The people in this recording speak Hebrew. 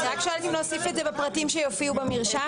אני רק שואלת אם להוסיף את זה בפרטים שיופיעו במרשם.